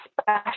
special